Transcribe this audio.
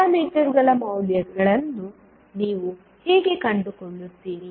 ಪ್ಯಾರಾಮೀಟರ್ಗಳ ಮೌಲ್ಯಗಳನ್ನು ನೀವು ಹೇಗೆ ಕಂಡುಕೊಳ್ಳುತ್ತೀರಿ